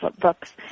books